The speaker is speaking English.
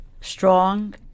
Strong